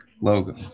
logo